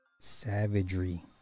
Savagery